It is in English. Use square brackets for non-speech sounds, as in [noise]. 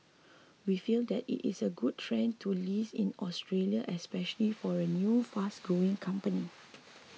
we feel that it is a good trend to list in Australia especially for a [noise] new fast growing company